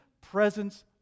presence